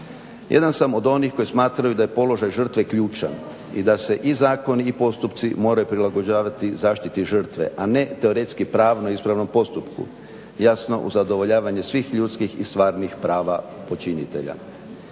Jedan sam od onih koji smatraju da je položaj žrtve ključan i da se i zakoni i postupci moraju prilagođavati zaštiti žrtve, a ne teoretski pravno u ispravnom postupku, jasno uz zadovoljavanje svih ljudskih i stvarnih prava počinitelja.